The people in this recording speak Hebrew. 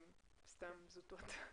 בסדר.